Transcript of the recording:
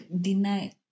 deny